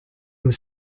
was